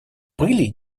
пыли